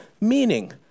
Meaning